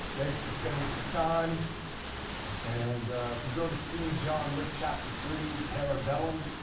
thanks for spending some time and if you go to see john wick chapter three, parabellum,